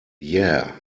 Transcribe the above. yeah